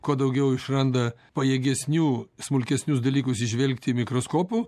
kuo daugiau išranda pajėgesnių smulkesnius dalykus įžvelgti mikroskopu